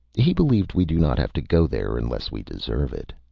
he believed we do not have to go there unless we deserve it.